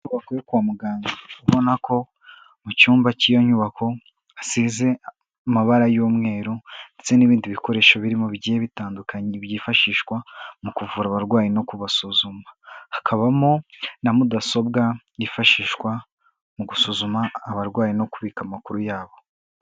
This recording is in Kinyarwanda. Inyubako yo kwa muganga, ubona ko mu cyumba cy'iyo nyubako hasize amabara y'umweru ndetse n'ibindi bikoresho biri mu bigiye bitandukanye byifashishwa mu kuvura abarwayi no kubasuzuma. Hakabamo na mudasobwa yifashishwa mu gusuzuma abarwayi no kubika amakuru yabo.